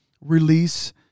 release